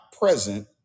present